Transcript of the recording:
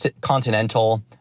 Continental